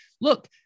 look